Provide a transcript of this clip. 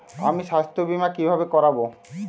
আমি স্বাস্থ্য বিমা কিভাবে করাব?